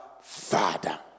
Father